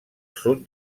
sud